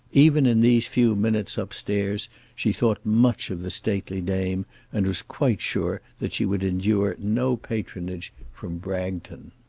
even in these few minutes up-stairs she thought much of the stately dame and was quite sure that she would endure no patronage from bragton.